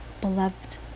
Beloved